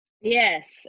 Yes